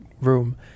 room